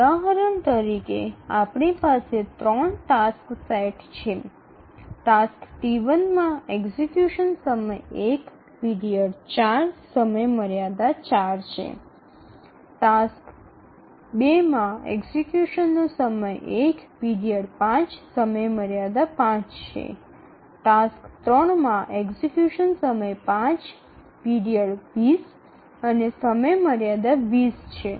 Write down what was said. উদাহরণস্বরূপ আমাদের একটি টাস্ক সেট ৩ রয়েছে টাস্ক টিতে এক্সিকিউশন সময় ১ পিরিয়ড ৪ সময়সীমা ৪ টাস্ক ২ এর এক্সিকিউশন সময় ১ পিরিয়ড ৫ সময়সীমা ৫ টাস্ক ৩ এর এক্সিকিউশন সময় ৫ পিরিয়ড ২০ এবং সময়সীমা ২০ থাকে